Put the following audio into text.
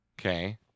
Okay